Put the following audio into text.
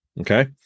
Okay